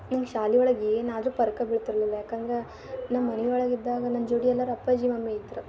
ನಂಗೆ ಶಾಲೆ ಒಳಗೆ ಏನಾದರೂ ಫರ್ಕೇ ಬೀಳ್ತಿರಲಿಲ್ಲ ಯಾಕಂದ್ರೆ ನಮ್ಮ ಮನೆ ಒಳಗೆ ಇದ್ದಾಗ ನನ್ನ ಜೊಡಿ ಎಲ್ಲರೂ ಅಪ್ಪಾಜಿ ಮಮ್ಮಿ ಇದ್ರೆ